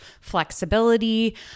flexibility